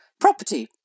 property